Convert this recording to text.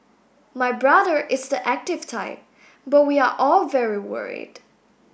my brother is the active type but we are all very worried